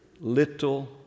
Little